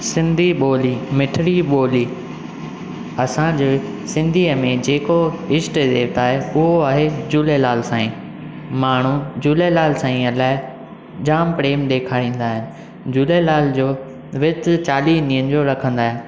सिंधी ॿोली मिठड़ी ॿोली असांजे सिंधीअ में जेको इष्ट देवता आहे उहो आहे झूलेलाल साईं माण्हू झूलेलाल साईंअ लाइ जामु प्रेम ॾेखारींदा आहिनि झूलेलाल जो विर्तु चालीह ॾींहंनि जो रखंदा आहिनि